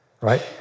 right